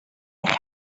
eich